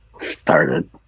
started